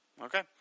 Okay